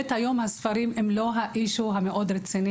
היום הספרים הם לא הנושא המרכזי.